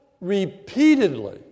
repeatedly